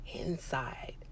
inside